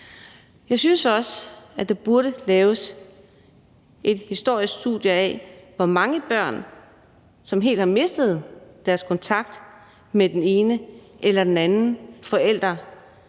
Jeg synes også, at der burde laves et historisk studie af, hvor mange børn der gennem årene helt har mistet deres kontakt med den ene eller den anden forælder